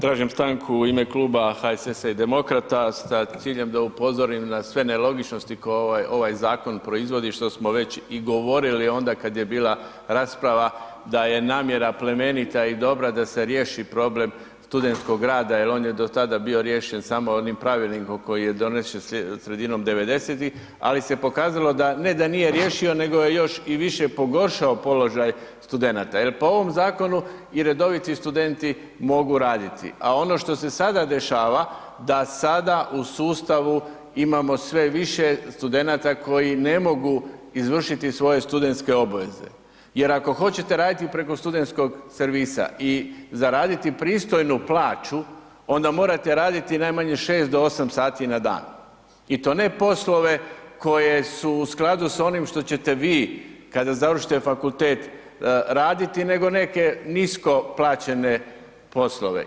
Tražim stanku u ime kluba HSS-a i demokrata sa ciljem da upozorim na sve nelogičnosti koje ovaj zakon proizvodi, što smo već i govorili onda kad je bila rasprava da je namjera plemenita i dobra da se riješi problem studentskog rada jer je on do tada bo riješen samo onim pravilnikom koji je donesen sredinom 90-ih ali se pokazalo da ne da nije riješio nego je još i više pogoršao položaj studenata jer po ovom zakonu i redoviti i studenti mogu raditi a ono što se sada dešava da sada u sustavu imamo sve više studenata koji ne mogu izvršiti svoje studentske obveze jer ako hoćete raditi preko studentskog servisa i zaraditi pristojnu plaću, onda morate raditi najmanje 6 do 8 sati na dan i to ne poslove koji su u skladu sa onim što ćete vi kada završite fakultet raditi nego neke nisko plaćene poslove.